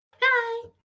Hi